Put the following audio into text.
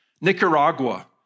Nicaragua